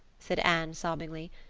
said anne, sobbingly.